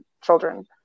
children